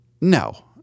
No